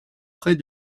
près